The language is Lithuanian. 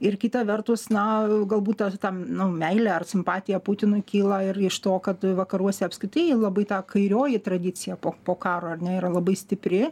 ir kita vertus na galbūt ta tam nu meilė ar simpatija putinui kyla ir iš to kad vakaruose apskritai labai ta kairioji tradicija po po karo ar ne yra labai stipri